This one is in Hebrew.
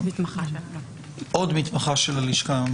עוד מתמחה של הלשכה.